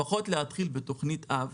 לפחות, להתחיל בתכנית אב